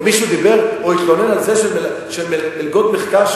ומישהו התלונן או דיבר על מלגות מחקר,